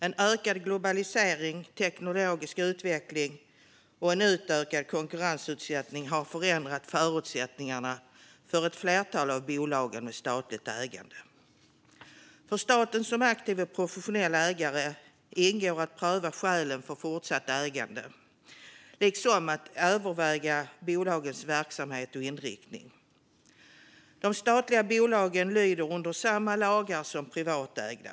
En ökad globalisering, teknologisk utveckling och en utökad konkurrensutsättning har förändrat förutsättningarna för ett flertal av bolagen med statligt ägande. För staten som aktiv och professionell ägare ingår att pröva skälen för fortsatt ägande liksom att överväga bolagens verksamhet och inriktning. De statliga bolagen lyder under samma lagar som de privatägda.